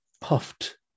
puffed